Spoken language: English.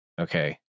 Okay